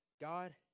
God